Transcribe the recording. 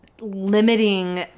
limiting